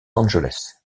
angeles